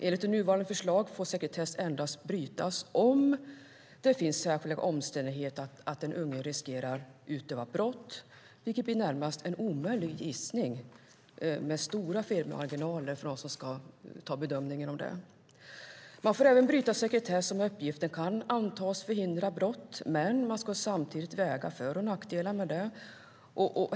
Enligt nuvarande förslag får sekretess endast brytas om det finns särskilda omständigheter där den unge riskerar att utöva brott, vilket blir en närmast omöjlig gissning med risk för stora felmarginaler för dem som ska göra denna bedömning. Man får även bryta sekretess om uppgiften kan antas förhindra brott, men man ska samtidigt väga för och nackdelar med det.